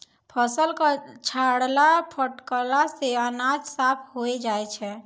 फसल क छाड़ला फटकला सें अनाज साफ होय जाय छै